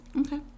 Okay